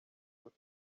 good